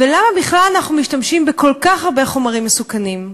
ולמה בכלל אנחנו משתמשים בכל כך הרבה חומרים מסוכנים?